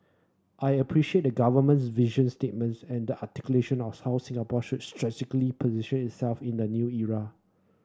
I appreciate the Government's vision statements and the articulation of how Singapore should strategically position itself in the new era